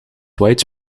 white